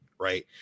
Right